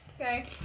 okay